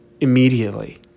immediately